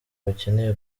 bakeneye